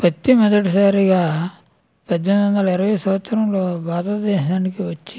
వచ్చి మొదటిసారిగా పద్దెనిమిది వందల ఇరవైవ సంవత్సరంలో భారతదేశానికి వచ్చి